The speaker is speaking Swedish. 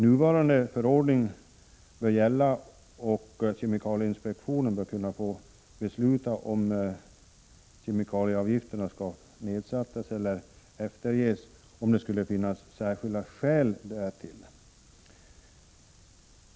Nuvarande förordning bör gälla, och kemikalieinspektionen bör kunna få besluta om kemikalieavgifterna skall sättas ned eller efterskänkas — om det nu skulle finnas särskilda skäl därtill.